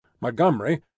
Montgomery